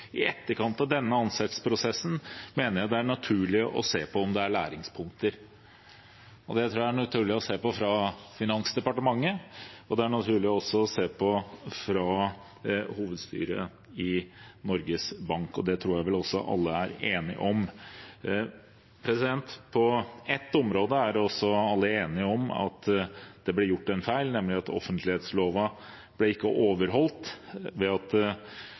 i saken. Han skriver: «I etterkant av denne ansettelsesprosessen mener jeg det er naturlig å se på om det er læringspunkter.» Det tror jeg er naturlig å se på for Finansdepartementet, det er naturlig også å se på for hovedstyret i Norges Bank. Det tror jeg alle er enige om. På ett område er også alle enige om at det ble gjort en feil, nemlig at offentlighetsloven ikke ble overholdt, ved at